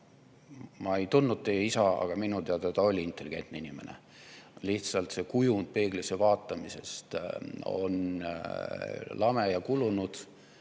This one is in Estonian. ma ei tundnud teie isa, aga minu teada ta oli intelligentne inimene. Lihtsalt see peeglisse vaatamise kujund on lame ja kulunud,